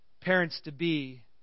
parents-to-be